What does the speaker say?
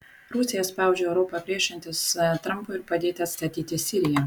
rusija spaudžia europą priešintis trampui ir padėti atstatyti siriją